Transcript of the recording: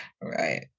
right